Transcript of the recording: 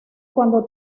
cuando